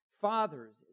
Fathers